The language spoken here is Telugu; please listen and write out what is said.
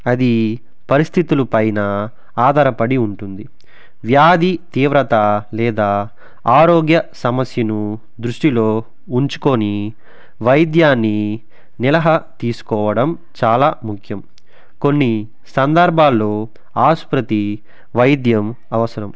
అది పరిస్థితుల పైన ఆధారపడి ఉంటుంది వ్యాధి తీవ్రత లేదా ఆరోగ్య సమస్యను దృష్టిలో ఉంచుకోని వైద్యాన్ని నిలహా తీసుకోవడం చాలా ముఖ్యం కొన్ని సందర్భాల్లో ఆసుపత్రి వైద్యం అవసరం